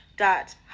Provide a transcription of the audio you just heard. dot